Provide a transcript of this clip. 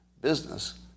business